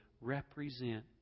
represent